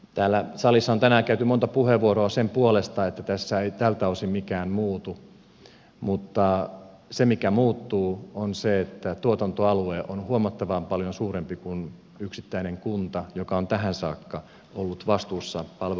täällä salissa on tänään käytetty monta puheenvuoroa sen puolesta että tässä ei tältä osin mikään muutu mutta se mikä muuttuu on se että tuotantoalue on huomattavan paljon suurempi kuin yksittäinen kunta joka on tähän saakka ollut vastuussa palveluiden järjestämisestä